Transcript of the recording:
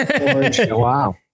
Wow